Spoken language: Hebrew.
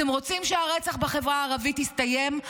אתם רוצים שהרצח בחברה הערבית יסתיים?